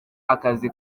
akazi